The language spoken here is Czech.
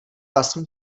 vlastní